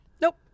Nope